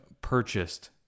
purchased